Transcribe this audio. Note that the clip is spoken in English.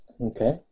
okay